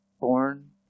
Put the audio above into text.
born